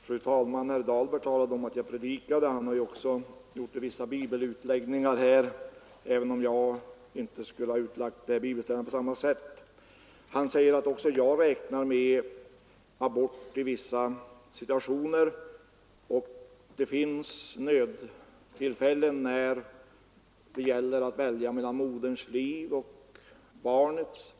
Fru talman! Herr Dahlberg talade om att jag predikade. Ja, han har också gjort vissa bibelutläggningar här, även om jag inte skulle ha utlagt de bibelställena på samma sätt. Han sade att också jag räknar med abort i vissa situationer. Det finns nödtillfällen när det gäller att välja mellan moderns liv och barnets,